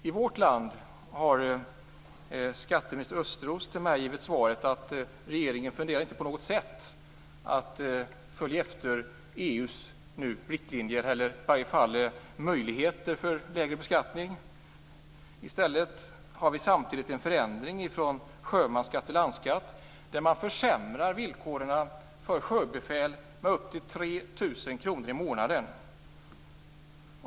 I vårt land har skatteminister Thomas Östros gett mig svaret att regeringen inte på något sätt funderar på att följa EU:s riktlinjer, eller i varje fall möjligheter, vad gäller lägre beskattning. I stället har vi samtidigt förändringen från sjömansskatt till landskatt. Villkoren för sjöbefäl försämras därmed. Det rör sig om uppemot 3 000 kr mindre i månaden.